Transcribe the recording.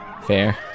Fair